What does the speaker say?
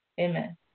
Amen